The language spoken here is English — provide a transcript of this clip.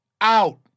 out